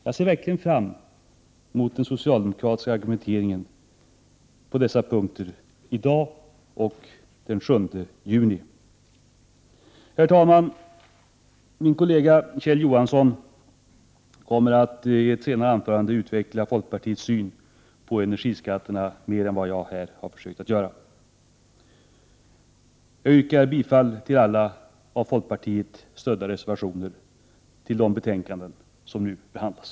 Jag ser verkligen fram emot den socialdemokratiska argumenteringen på dessa punkter — i dag och den 7 juni. Herr talman! Min kollega Kjell Johansson kommer i ett senare anförande att utveckla folkpartiets syn på energiskatterna utöver vad jag här försökt göra. Jag yrkar bifall till alla av folkpartiet stödda reservationer till de betänkanden som nu behandlas.